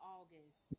August